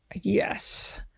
yes